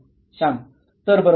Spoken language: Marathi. श्याम तर बरं होईल